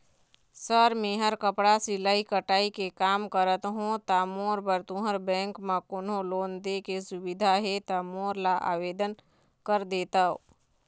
Sir मेहर कपड़ा सिलाई कटाई के कमा करत हों ता मोर बर तुंहर बैंक म कोन्हों लोन दे के सुविधा हे ता मोर ला आवेदन कर देतव?